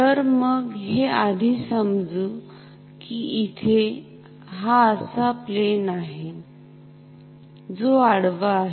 तर मग हे आधी समजू कि इथे हा असा प्लेन आहे जो आडवा आहे